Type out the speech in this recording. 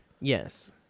Yes